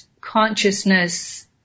consciousness